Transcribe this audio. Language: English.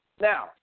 Now